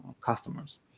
customers